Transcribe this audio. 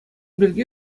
пирки